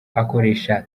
akoresha